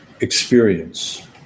experience